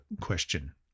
question